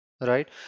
right